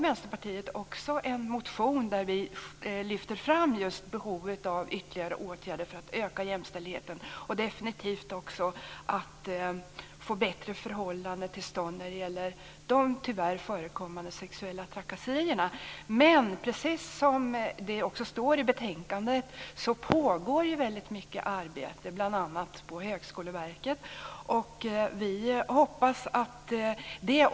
Vänsterpartiet har en motion där vi lyfter fram just behovet av ytterligare åtgärder för att öka jämställdheten, och att definitivt få bättre förhållanden till stånd när det gäller de tyvärr förekommande sexuella trakasserierna. Men precis som det också står i betänkandet så pågår mycket arbete, bl.a. på Högskoleverket. Vi hoppas på detta.